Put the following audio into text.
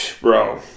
bro